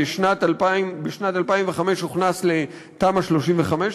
בשנת 2005 הוכנס לתמ"א 35,